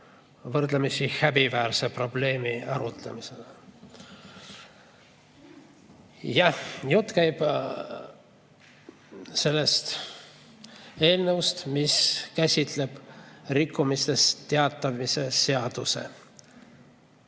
võrdlemisi häbiväärse probleemi arutamise juurde. Jah, jutt käib sellest eelnõust, mis käsitleb rikkumisest teavitamise seadust.